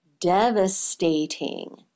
devastating